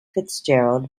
fitzgerald